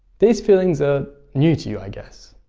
these feelings are new to you, i guess.